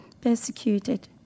persecuted